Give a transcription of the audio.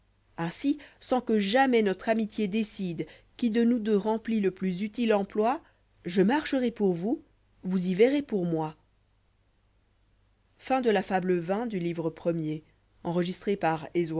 ainsi sans qua jamais notre amitié décide qui de nous deux remplit le plus utile emploi je marcherai pour vous vous y verrez pour moi